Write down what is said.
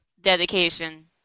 dedication